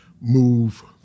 move